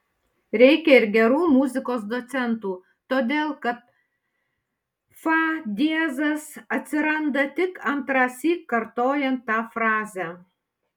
reikia ir gerų muzikos docentų todėl kad fa diezas atsiranda tik antrąsyk kartojant tą frazę